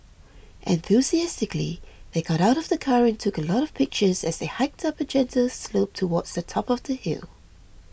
enthusiastically they got out of the car and took a lot of pictures as they hiked up a gentle slope towards the top of the hill